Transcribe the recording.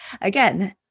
again